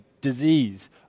disease